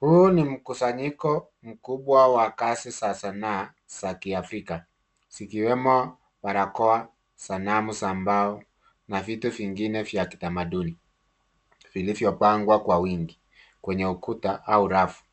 Huu ni mkusanyiko mkubwa wa kazi za sanaa za kiafrika zikiwemo barakoa, sanamu za mbao na vitu vingine vya kitamaduni vilivyopangwa kwa wingi, Kwenye ukuta au rafu